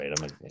right